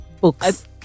books